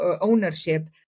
ownership